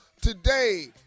Today